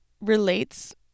relates